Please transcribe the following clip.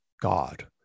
God